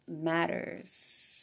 matters